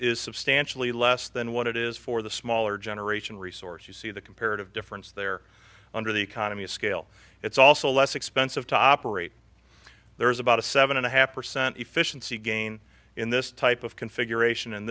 is substantially less than what it is for the smaller generation resource you see the comparative difference there under the economy of scale it's also less expensive to operate there is about a seven and a half percent efficiency gain in this type of configuration and